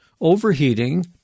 overheating